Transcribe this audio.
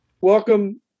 Welcome